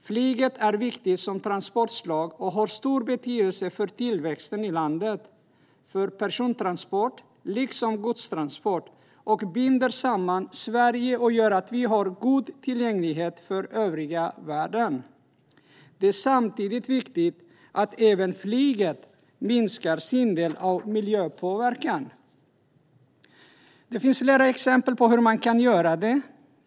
Flyget är viktigt som transportslag och har stor betydelse för tillväxten i landet och för person och godstransport, och det binder samman Sverige och gör att vi är tillgängliga för övriga världen. Det är samtidigt viktigt att även flyget minskar sin del av miljöpåverkan. Det finns flera exempel på hur man kan göra det.